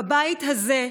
בבית הזה,